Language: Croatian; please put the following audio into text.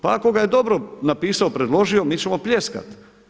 Pa ako ga je dobro napisao, predložio mi ćemo pljeskati.